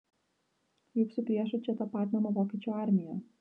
juk su priešu čia tapatinama vokiečių armija